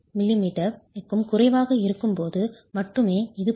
2 m2 க்கும் குறைவாக இருக்கும்போது மட்டுமே இது பொருந்தும்